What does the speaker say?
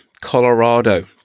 colorado